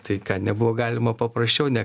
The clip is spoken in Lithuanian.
tai ką nebuvo galima paprasčiau ne